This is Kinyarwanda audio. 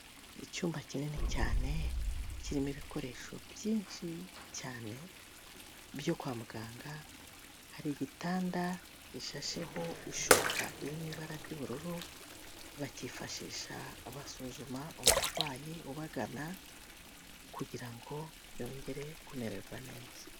Icyumba kinini cyane kirimo ibikoresho byinshi cyane byo kwa muganga, hari igitanda gishasheho ishuka irimo ibara ry'ubururu, bacyifashisha basuzuma umurwayi ubagana kugira ngo yongere kumererwa neza.